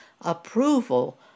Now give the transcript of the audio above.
approval